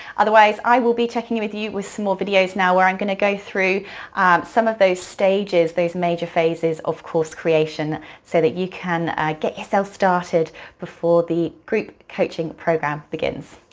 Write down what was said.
otherwise, i will be checking in with you with some more videos now where i'm gonna go through some of those stages, those major phases of course creation so that you can get yourself started before the group coaching program begins.